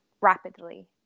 rapidly